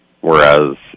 whereas